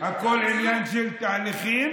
אין להם מה לאכול?